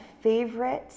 favorite